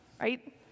right